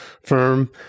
firm